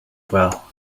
well